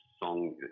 Song